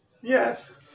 Yes